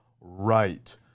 right